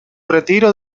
retiro